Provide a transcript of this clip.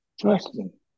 Trusting